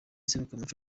serukiramuco